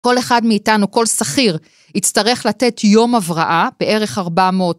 כל אחד מאיתנו, כל שכיר, יצטרך לתת יום הבראה בערך 400.